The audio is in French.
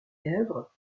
yèvre